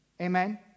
Amen